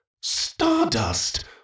Stardust